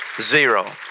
Zero